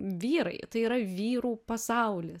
vyrai tai yra vyrų pasaulis